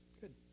Good